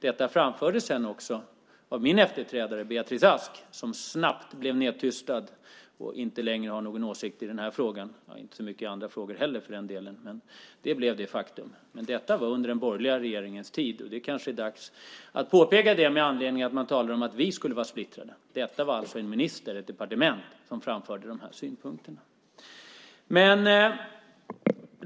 Detta framfördes också av min efterträdare, Beatrice Ask, som snabbt blev nedtystad och inte längre har någon åsikt i denna fråga, och inte så mycket i andra frågor heller för den delen. Men det var ett faktum. Detta var under den borgerliga regeringens tid, och det kanske är dags att påpeka det med anledning av att man talar om att vi skulle vara splittrade. Detta var en minister och ett departement som framförde dessa synpunkter.